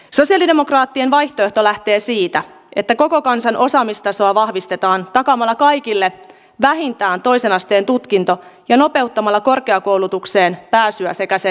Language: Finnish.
sosialidemokraattien vaihtoehto lähtee siitä että koko kansan osaamistasoa vahvistetaan takaamalla kaikille vähintään toisen asteen tutkinto ja nopeuttamalla korkeakoulutukseen pääsyä sekä sen läpäisyä